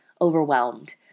overwhelmed